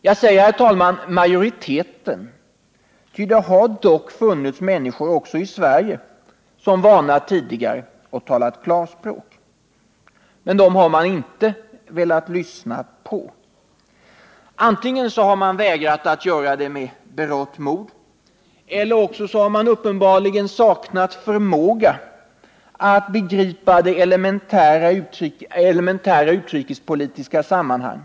Jag säger majoriteten, ty det har dock funnits människor också här i Sverige som tidigare varnat och talat klarspråk. Men dem har man inte velat lyssna på. Antingen har man vägrat att göra det med berått mod, eller också har man uppenbarligen saknat förmåga att begripa elementära utrikespolitiska sammanhang.